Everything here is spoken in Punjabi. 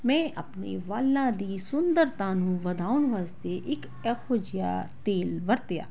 ਮੈ ਆਪਣੇ ਵਾਲਾਂ ਦੀ ਸੁੰਦਰਤਾ ਨੂੰ ਵਧਾਉਣ ਵਾਸਤੇ ਇੱਕ ਇਹੋ ਜਿਹਾ ਤੇਲ ਵਰਤਿਆ